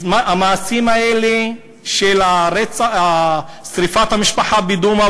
שהמעשים האלה, של שרפת המשפחה בדומא